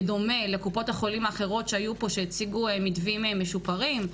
בדומה לקופות האחרות שנציגיהם היו פה שהציגו מתווים משופרים?